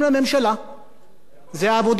זו העבודה של העיתון, להביא לנו מידע.